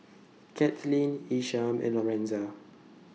Kathlene Isham and Lorenza